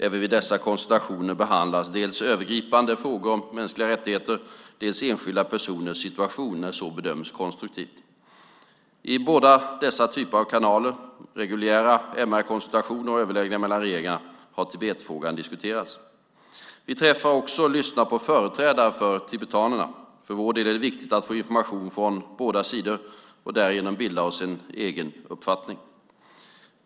Även vid dessa konsultationer behandlas dels övergripande MR-frågor, dels enskilda personers situation när så bedöms konstruktivt. I båda dessa typer av kanaler, reguljära MR-konsultationer och överläggningar mellan regeringarna, har Tibetfrågan diskuterats. Vi träffar också och lyssnar på företrädare för tibetanerna. För vår del är det viktigt att få information från båda sidor och därigenom bilda oss en egen uppfattning.